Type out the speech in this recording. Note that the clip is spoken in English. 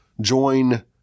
join